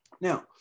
Now